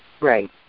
Right